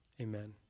amen